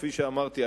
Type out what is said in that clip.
כפי שאמרתי,